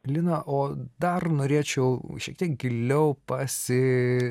lina o dar norėčiau šiek tiek giliau pasi